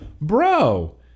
bro